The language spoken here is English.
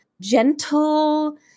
gentle